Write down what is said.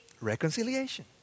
Reconciliation